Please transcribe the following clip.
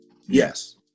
Yes